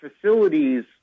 facilities